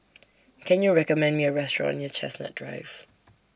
Can YOU recommend Me A Restaurant near Chestnut Drive